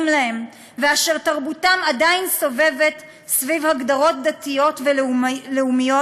להם ואשר תרבותם עדיין סובבת סביב הגדרות דתיות ולאומיות,